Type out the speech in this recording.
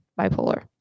bipolar